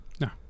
No